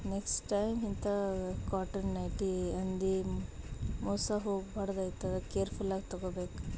next time ಇಂಥಾ cotton nightie ಅಂದು ಮೋಸ ಹೋಗ್ಬಾರ್ದಯ್ತದ ಕೇರ್ಫುಲ್ಲಾಗಿ ತೊಗೊಬೇಕು